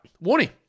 warning